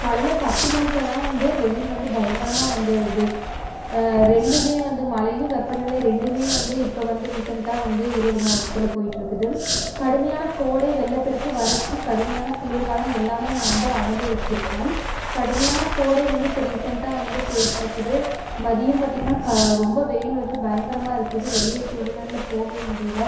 காலையில பத்து மணிக்கெல்லாம் வந்து வெயில் வந்து பயங்கரமாக வந்துருது ரெண்டுமே வந்து மழையும் வெப்ப நிலை ரெண்டுமே வந்து இப்போ வந்து ரீசென்ட்டாக வந்து ஈரோடு மாவட்டத்தில் போய்ட்டுருக்குது கடுமையான கோடை வெள்ளப்பெருக்கு வறட்சி கடுமையான குளிர் காலம் எல்லாமே நான் வந்து அனுபவிச்சிருக்கேன் கடுமையான கோடை வந்து இப்போ ரீசென்ட்டாக வந்து போய்ட்டுருக்குது மதியம் பார்த்திங்கன்னா க ரொம்ப வெயில் வந்து பயங்கரமா இருக்குது வெளிய டூ வீலரில் போகவே முடியல